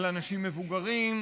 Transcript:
על אנשים מבוגרים,